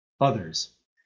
others